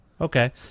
Okay